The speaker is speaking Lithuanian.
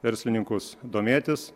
verslininkus domėtis